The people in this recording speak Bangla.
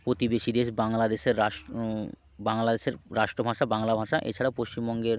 প্রতিবেশী দেশ বাংলাদেশের রাষ বাংলাদেশের রাষ্ট্র ভাষা বাংলা ভাষা এছাড়া পশ্চিমবঙ্গের